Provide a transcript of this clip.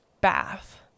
Bath